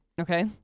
Okay